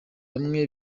bamwe